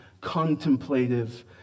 contemplative